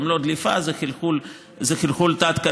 זה גם לא דליפה, זה חלחול תת-קרקעי.